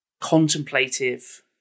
contemplative